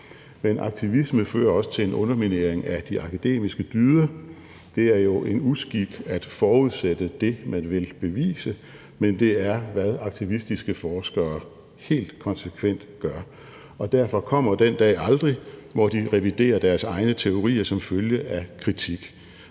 Men aktivisme fører også til en underminering af de akademiske dyder. Det er jo en uskik at forudsætte det, man vil bevise, men det er, hvad aktivistiske forskere helt konsekvent gør, og derfor kommer den dag aldrig, hvor de reviderer deres egne teorier som følge af kritik.